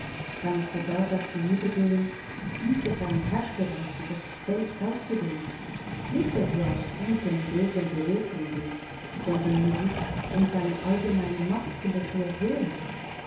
kann es sogar dazu übergehen diese seine herrschgewalt über sich selbst auszudehnen nicht etwa aus guten und edlen beweggründen sondern nur um seine allgemeine machtfülle zu erhöhen